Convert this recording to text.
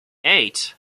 eight